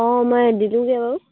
অঁ মই দিলোগে অ